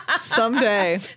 Someday